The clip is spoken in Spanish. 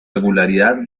regularidad